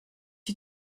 you